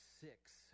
six